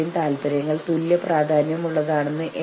ഞങ്ങൾ ആക്രമണകാരികളാകില്ല